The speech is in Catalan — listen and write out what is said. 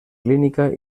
clínica